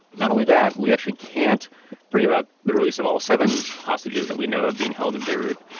not only that, we actually can't bring about the release of all seven hostages that we know of being held in beirut.